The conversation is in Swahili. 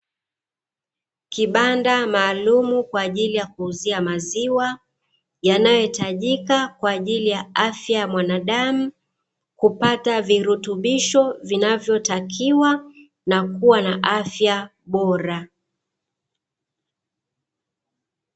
Kibanda maalumu, kwa ajili ya kuuzia maziwa yanayohitajika kwa ajili ya afya ya mwanadamu kupata virutubisho vinavyotakiwa na kuwa na afya bora.